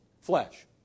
flesh